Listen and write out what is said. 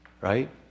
right